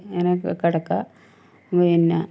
ഇങ്ങനെക്കാ കിടക്കുക പിന്നെ